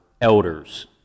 elders